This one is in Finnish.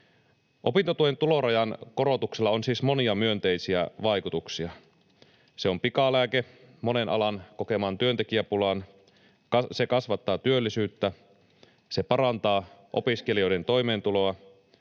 Opintotuen tulorajan korotuksella on siis monia myönteisiä vaikutuksia. Se on pikalääke monen alan kokemaan työntekijäpulaan, se kasvattaa työllisyyttä, se parantaa opiskelijoiden toimeentuloa,